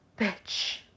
bitch